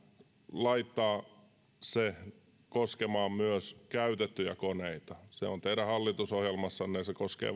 laittaa se koskemaan myös käytettyjä koneita se on teidän hallitusohjelmassanne ja se koskee